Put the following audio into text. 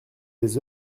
des